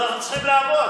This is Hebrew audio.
אז אנחנו צריכים לעבוד.